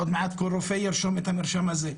עוד מעט כל רופא ירשום את המרשם הזה.